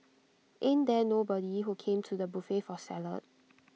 ain't there nobody who came to the buffet for salad